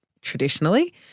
traditionally